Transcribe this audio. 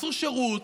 עשו שירות,